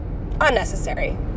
unnecessary